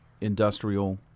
industrial